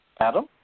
Adam